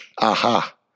aha